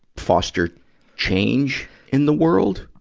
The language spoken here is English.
foster change in the world?